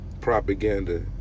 propaganda